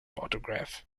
photograph